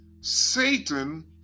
Satan